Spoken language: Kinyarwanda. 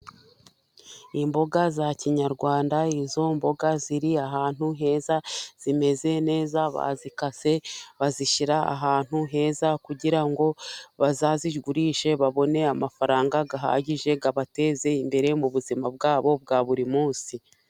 Imboga za kinyarwanda, izo mboga ziri ahantu heza, zimeze neza bazikase, bazishyira ahantu heza kugira ngo bazazigurishe babone amafaranga ahagije abateze imbere muzima bwabo bwa buri munsi.